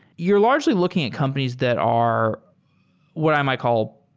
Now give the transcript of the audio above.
you're largely looking at companies that are what i might call,